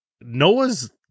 Noah's